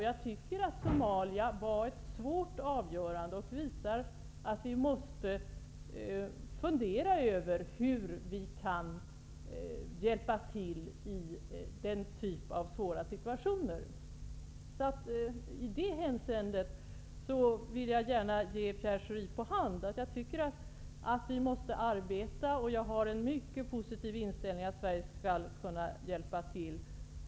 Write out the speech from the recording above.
Jag tycker att fallet Somalia var ett svårt avgörande och visar att vi måste fundera över hur vi kan hjälpa i den typen av svåra situationer. I det hänseendet vill jag gärna ge Pierre Schori på hand att jag tycker att vi måste göra insatser, och jag har en mycket positiv inställning när det gäller Sveriges möjligheter att hjälpa till.